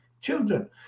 Children